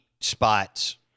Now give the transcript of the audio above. spots